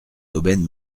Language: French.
d’aubaine